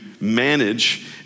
manage